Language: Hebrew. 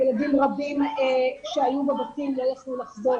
ילדים רבים שהיו בבתים לא יכלו לחזור